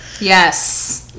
Yes